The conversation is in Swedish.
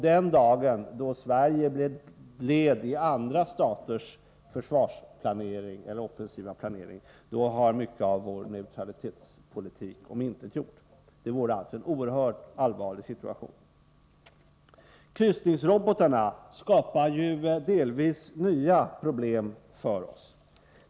Den dag då Sverige blir ett led i andra staters offensiva planering har mycket av vår neutralitetspolitik omintetgjorts. Det vore en oerhört allvarlig situation. Kryssningsrobotarna skapar delvis nya problem för oss.